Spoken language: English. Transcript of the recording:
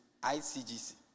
ICGC